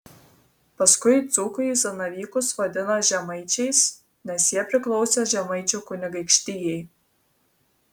paskui dzūkai zanavykus vadina žemaičiais nes jie priklausė žemaičių kunigaikštijai